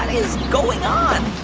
is going on? ah,